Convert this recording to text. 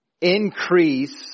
increase